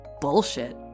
bullshit